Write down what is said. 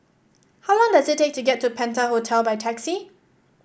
how long does it take to get to Penta Hotel by taxi